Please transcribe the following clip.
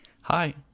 Hi